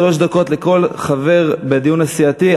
שלוש דקות לכל חבר בדיון הסיעתי,